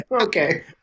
okay